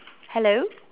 hello